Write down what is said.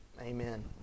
Amen